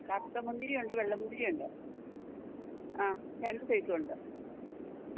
കറുത്ത മുന്തിരിയുണ്ട് വെള്ള മുന്തിരിയുണ്ട് ആ രണ്ട് സൈസുണ്ട്